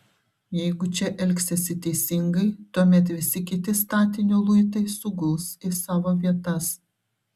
jeigu čia elgsiesi teisingai tuomet visi kiti statinio luitai suguls į savo vietas